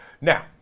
Now